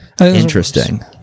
Interesting